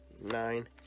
nine